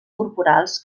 corporals